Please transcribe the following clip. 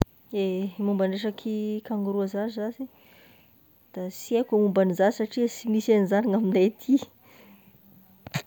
Ehe! momba ny resaky kangoroa zagny zash da sy aiko ny momba izagny, satria sy misy an'zany gn'amignay aty.